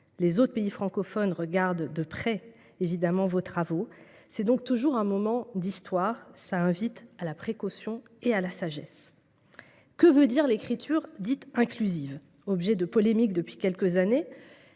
Les autres pays francophones regardent de près vos travaux ; c’est donc toujours un moment d’histoire, ce qui invite à la précaution et à la sagesse. Que veut dire l’écriture dite inclusive ? Objet de polémiques depuis quelques années,